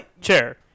Chair